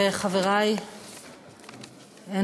וחברי חברי הכנסת,